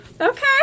Okay